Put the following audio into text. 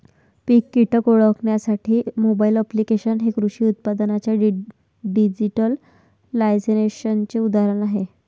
पीक कीटक ओळखण्यासाठी mobile applications हे कृषी उत्पादनांच्या डिजिटलायझेशनचे उदाहरण आहे